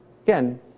Again